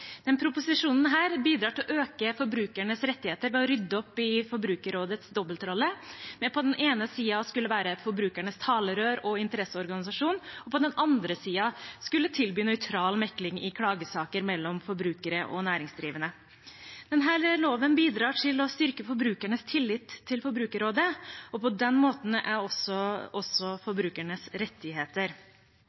den ene siden å skulle være forbrukernes talerør og interesseorganisasjon og på den andre siden skulle tilby nøytral mekling i klagesaker mellom forbrukere og næringsdrivende. Denne nye loven bidrar til å styrke forbrukernes tillit til Forbrukerrådet og på den måten også forbrukernes rettigheter.